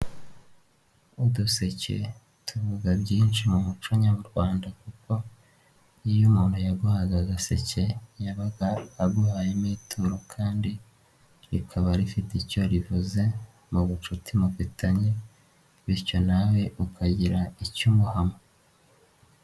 Uduseke tuvuga byinshi mu muco nyarwanda kuko iyo umuntu yaguhaga agaseke yabaga aguhaye mo ituro kandi rikaba rifite icyo rivuze mu bucuti mufitanye bityo nawe ukagira icyo umuha mo.